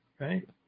right